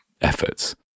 efforts